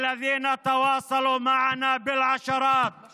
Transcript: להלן תרגומם: אני רוצה להודות לכל עשרות ראשי המועצות והערים